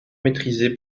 maîtrisée